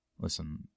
Listen